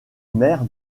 maire